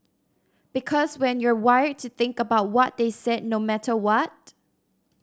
because when you're wired to think about what they said no matter what